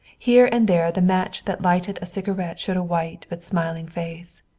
here and there the match that lighted a cigarette showed a white but smiling face.